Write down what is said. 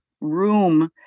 room